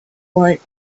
light